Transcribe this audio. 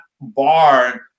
bar